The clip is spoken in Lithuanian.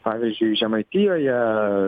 pavyzdžiui žemaitijoje